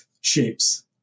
shapes